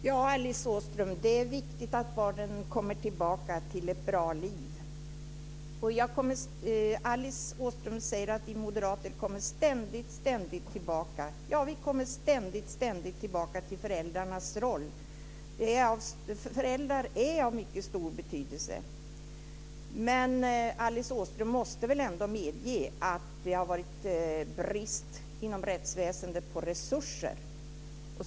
Fru talman! Ja, det är viktigt att barn kommer tillbaka till ett bra liv. Alice Åström säger att vi moderater ständigt kommer tillbaka. Ja, vi kommer ständigt tillbaka till föräldrarnas roll. Föräldrar är av mycket stor betydelse. Men Alice Åström måste väl ändå medge att det har varit brist på resurser inom rättsväsendet.